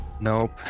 nope